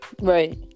Right